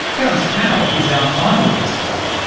terence tao is our final guest today.